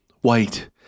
white